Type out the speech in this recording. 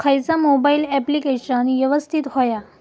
खयचा mobile application यवस्तित होया?